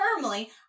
firmly